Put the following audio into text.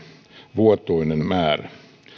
vuotuinen määrä